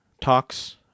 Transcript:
talks